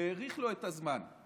האריך לו את הזמן.